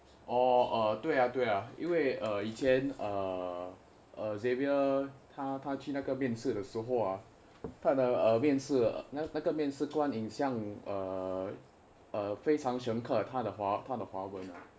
orh err 对啊对啊因为呃以前:dui a dui a yin wei eai yi qian err err xavier 他他去那个面试的时候他的面是那个面试突然影响非常饿深刻他的华文:ta ta qu na ge mian shi de shi hou ta de mian shi na ge mian shi tu ran ying xiang fei chang e shen kekei ta de hua wen ah